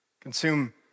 consume